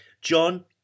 John